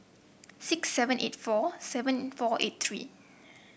six seven eight four seven four eight three